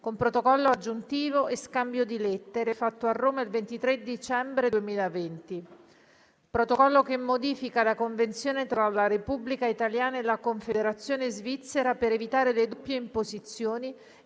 con Protocollo aggiuntivo e Scambio di Lettere, fatto a Roma il 23 dicembre 2020, *b)* Protocollo che modifica la Convenzione tra la Repubblica italiana e la Confederazione svizzera per evitare le doppie imposizioni